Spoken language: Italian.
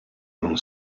non